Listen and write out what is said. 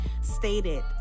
stated